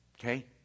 Okay